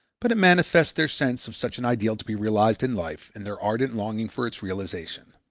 but it manifests their sense of such an ideal to be realized in life and their ardent longing for its realization.